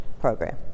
program